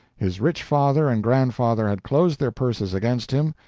his rich father and grandfather had closed their purses against him,